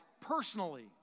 personally